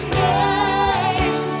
name